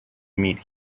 meet